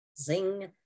zing